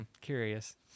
curious